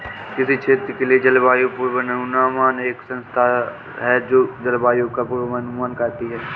किसी क्षेत्र के लिए जलवायु पूर्वानुमान एक संस्था है जो जलवायु का पूर्वानुमान करती है